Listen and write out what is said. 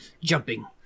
jumping